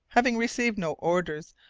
having received no orders,